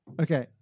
Okay